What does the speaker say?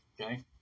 okay